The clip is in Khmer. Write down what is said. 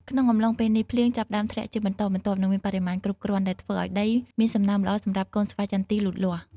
ក្នុងអំឡុងពេលនេះ ភ្លៀងចាប់ផ្តើមធ្លាក់ជាបន្តបន្ទាប់ និងមានបរិមាណគ្រប់គ្រាន់ ដែលធ្វើឱ្យដីមានសំណើមល្អសម្រាប់កូនស្វាយចន្ទីលូតលាស់។